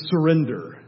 surrender